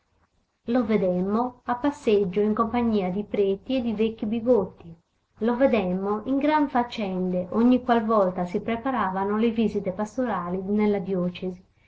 lo vedemmo a passeggio in compagnia di preti e di vecchi bigotti lo vedemmo in gran faccende ogni qual volta si preparavano le visite pastorali nella diocesi